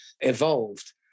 evolved